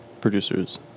producers